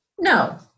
No